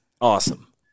awesome